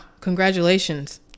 Congratulations